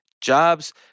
jobs